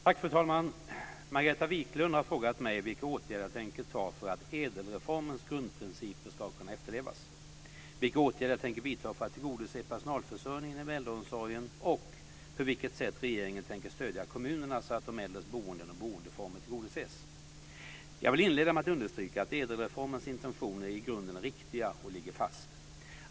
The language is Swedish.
Fru talman! Margareta Viklund har frågat mig vilka åtgärder jag tänker vidta för att ädelreformens grundprinciper ska kunna efterlevas, vilka åtgärder jag tänker vidta för att tillgodose personalförsörjningen inom äldreomsorgen och på vilket sätt regeringen tänker stödja kommunerna så att de äldres boenden och boendeformer tillgodoses. Jag vill inleda med att understryka att ädelreformens intentioner i grunden är riktiga och ligger fast.